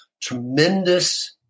tremendous